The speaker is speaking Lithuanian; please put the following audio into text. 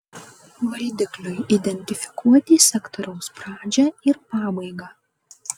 valdikliui identifikuoti sektoriaus pradžią ir pabaigą